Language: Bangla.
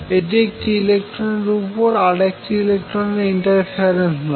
এটি একটি ইলেকট্রনের উপরে আর একটি ইলেকট্রনের ইন্টারফেরেন্স নয়